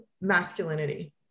masculinity